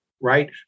right